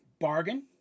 Bargain